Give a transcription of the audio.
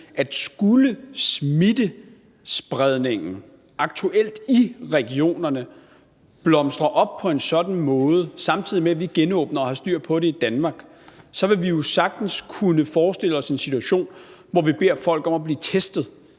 at skulle smittespredningen aktuelt i regionerne blomstre op, samtidig med at vi genåbner og har styr på det i Danmark, så vil vi jo sagtens kunne forestille os en situation, hvor vi beder folk om at blive testet,